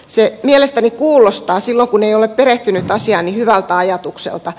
se mielestäni kuulostaa silloin kun ei ole perehtynyt asiaan hyvältä ajatukselta